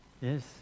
Yes